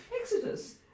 Exodus